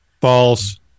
False